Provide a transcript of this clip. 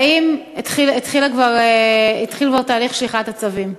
האם התחיל כבר תהליך שליחת הצווים?